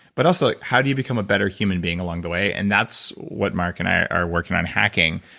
but also, like how do you become a better human being along the way, and that's what mark and i are working on hacking.